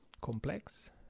complex